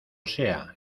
sea